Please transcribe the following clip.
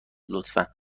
لطفا